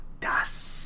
Das